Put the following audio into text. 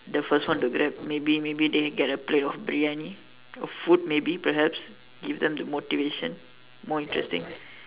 the first one to Grab maybe maybe they can get a plate of Briyani or food maybe perhaps give them the motivation more interesting